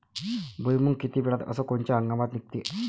भुईमुंग किती वेळात अस कोनच्या हंगामात निगते?